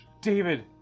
David